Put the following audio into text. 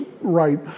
right